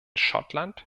schottland